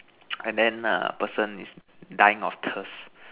and then err person is dying of thirst